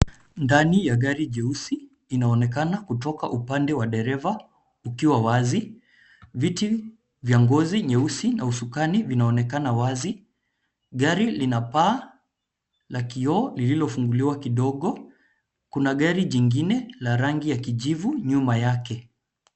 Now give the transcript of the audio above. Ndani ya gari jeusi inaonekana kutoka upande wa dereva ukiwa wazi. Viti vya ngozi nyeusi na usukani vinaonekana wazi. Gari lina paa na kioo lililofunguliwa kidogo. Kuna gari jingine la rangi ya kijivu nyuma yake.